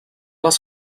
les